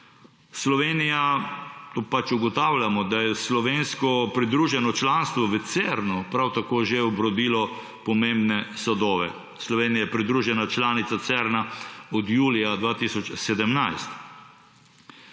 Slovenija ugotavljamo, da je slovensko pridruženo članstvo v Cernu prav tako že obrodilo pomembne sadove. Slovenija je pridružena članica Cerna od julija 2017.